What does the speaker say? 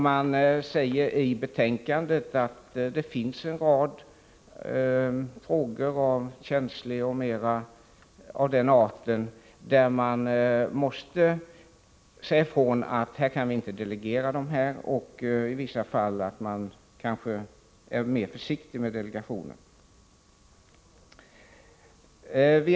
Det sägs i betänkandet att det finns en rad frågor av känslig art som inte kan delegeras på detta sätt, och i andra fall bör man vara försiktig med delegationen.